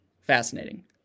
fascinating